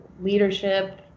Leadership